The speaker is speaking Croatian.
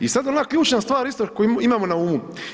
I sad ona ključna stvar isto koju imamo na umu.